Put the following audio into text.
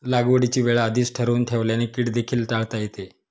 लागवडीची वेळ आधीच ठरवून ठेवल्याने कीड देखील टाळता येते